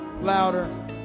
louder